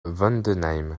vendenheim